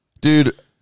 Dude